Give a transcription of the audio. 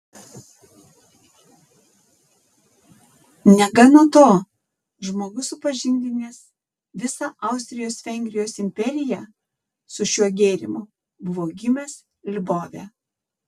negana to žmogus supažindinęs visą austrijos vengrijos imperiją su šiuo gėrimu buvo gimęs lvove